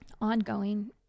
ongoing